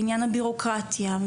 בעניין הבירוקרטיה,